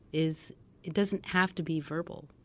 is it doesn't have to be verbal,